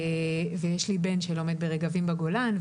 ויש לי בן שלומד ברגבים בגולן,